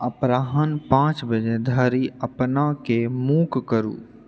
अपराह्न पाँच बजे धरि अपनाकेँ मूक करू